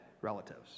relatives